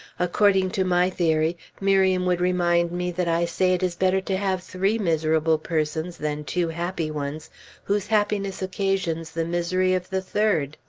according to my theory, miriam would remind me that i say it is better to have three miserable persons than two happy ones whose happiness occasions the misery of the third.